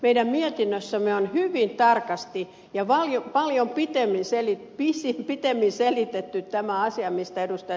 meidän mietinnössämme on hyvin tarkasti ja paljon pitemmin selitetty tämä asia mistä ed